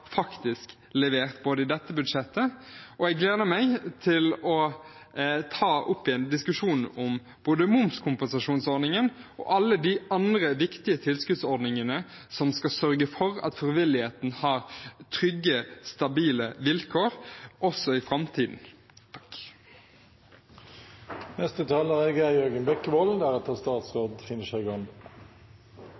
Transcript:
levert i dette budsjettet. Jeg gleder meg til å ta opp igjen diskusjonen om både momskompensasjonsordningen og alle de andre viktige tilskuddsordningene som skal sørge for at frivilligheten har trygge, stabile vilkår også i framtiden. Det er